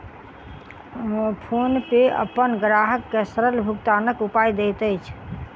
PhonePe अपन ग्राहक के सरल भुगतानक उपाय दैत अछि